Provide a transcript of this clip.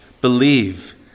Believe